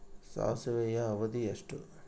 ಸಾಸಿವೆಯ ಅವಧಿ ಎಷ್ಟು?